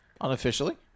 unofficially